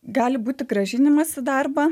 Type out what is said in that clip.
gali būti grąžinimas į darbą